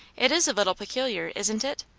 it is a little peculiar, isn't it?